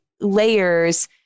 layers